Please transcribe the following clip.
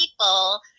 people